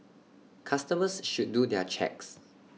customers should do their checks